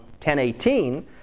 1018